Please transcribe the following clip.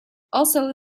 also